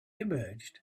emerged